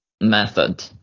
method